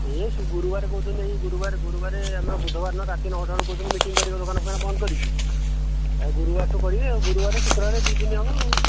ଏ ଗୁରୁବାରେ କହୁଛନ୍ତି ଗୁରୁବାର ଗୁରୁବାର ଏ ଆମର ବୁଧବାର ଦିନ ରାତି ନଅଟା ବେଳକୁ କହୁଛନ୍ତି ମିଟିଙ୍ଗ କରିବା ଦୋକାନ ଫୋକାନ ବନ୍ଦ କରିକି ଆଉ ଗୁରୁବାର ଠୁ କରିବେ ଗୁରୁବାର ଶୁକ୍ରବାର ଦୁଇ ଦିନ ହେବ ଆଉ